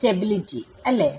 stability അല്ലെ